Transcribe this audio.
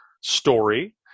story